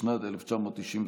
התשנ"ד 1994,